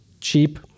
cheap